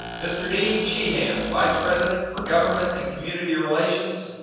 mr. dene sheheane, vice president for government and community relations,